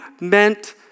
meant